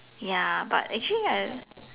ya but actually I